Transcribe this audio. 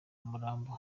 umurambo